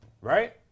Right